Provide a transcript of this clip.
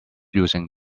using